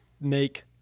make